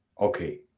okay